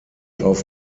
auf